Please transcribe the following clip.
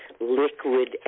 liquid